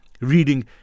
Reading